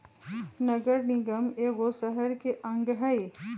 नगर निगम एगो शहरके अङग हइ